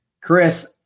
Chris